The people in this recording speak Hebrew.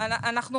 אדוני,